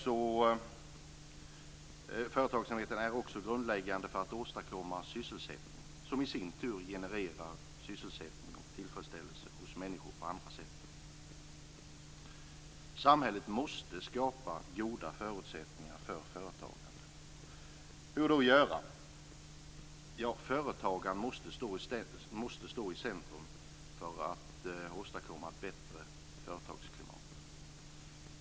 Företagsamheten är också grundläggande för att åstadkomma sysselsättning, som i sin tur genererar sysselsättning och tillfredsställelse hos människor på andra sätt. Samhället måste skapa goda förutsättningar för företagande. Hur göra? Ja, företagaren måste stå i centrum för att man skall åstadkomma ett bättre företagsklimat.